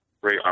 Ray